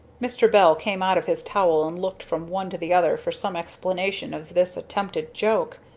mr. bell came out of his towel and looked from one to the other for some explanation of this attempted joke,